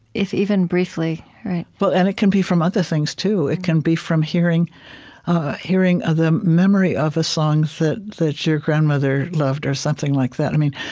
if even briefly, right? well, and it can be from other things too. it can be from hearing ah hearing the memory of the ah songs that that your grandmother loved or something like that. i mean,